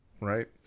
Right